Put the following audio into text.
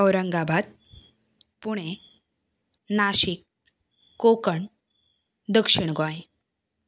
औरंगाबाद पुणे नाशीक कोंकण दक्षीण गोंय